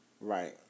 right